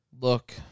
look